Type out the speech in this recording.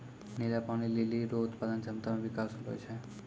नीला पानी लीली रो उत्पादन क्षमता मे बिकास होलो छै